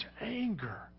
anger